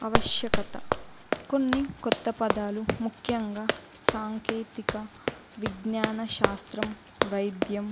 ఆవశ్యకత కొన్ని కొత్త పదాలు ముఖ్యంగా సాంకేతిక విజ్ఞానశాస్త్రం వైద్యం